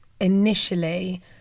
initially